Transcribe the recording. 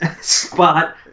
spot